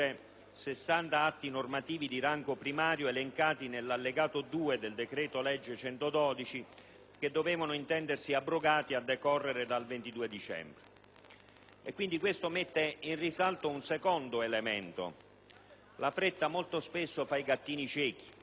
60 atti normativi di rango primario elencati nell'Allegato 2 del decreto-legge n. 112, che dovevano intendersi abrogati a decorrere dal 22 dicembre. Ciò mette in risalto un secondo elemento: la fretta molto spesso fa i gattini ciechi.